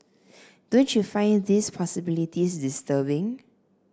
don't you find these possibilities disturbing